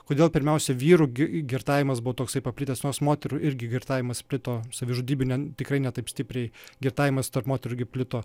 kodėl pirmiausia vyrų gi girtavimas buvo toksai paplitęs nors moterų irgi girtavimas plito savižudybių ne tikrai ne taip stipriai girtavimas tarp moterų irgi plito